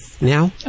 now